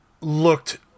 looked